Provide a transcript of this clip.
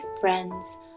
friends